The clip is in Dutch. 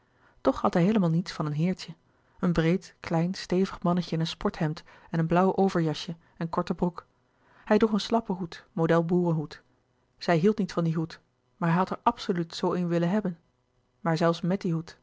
toch had hij heelemaal niets van een heertje een breed klein stevig mannetje in een sporthemd en een blauw overjasje en korten broek hij droeg een slappen hoed model boerenhoed zij hield niet van dien hoed maar hij had er absoluut zoo een willen hebben maar zelfs met